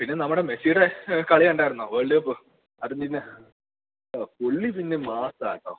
പിന്നെ നമ്മുടെ മെസ്സിയുടെ കളി കണ്ടായിരുന്നുവോ വേൾഡ് കപ്പ് അതുപിന്നെ ആ പുള്ളി പിന്നെ മാസ്സാണ് കേട്ടോ